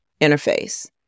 interface